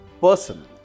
person